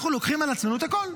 אנחנו לוקחים על עצמנו את הכול.